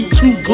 two